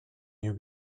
you